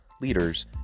leaders